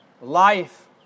Life